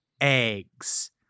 eggs